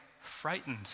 frightened